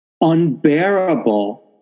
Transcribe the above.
unbearable